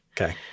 Okay